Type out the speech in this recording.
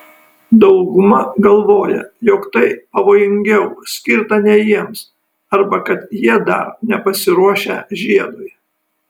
dauguma galvoja jog tai pavojingiau skirta ne jiems arba kad jie dar nepasiruošę žiedui